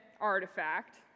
artifact